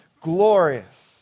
glorious